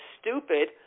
stupid